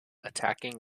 attacking